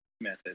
method